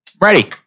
Ready